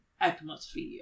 atmosphere